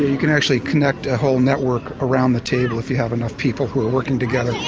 you can actually connect a whole network around the table if you have enough people who are working together.